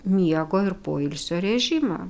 miego ir poilsio režimą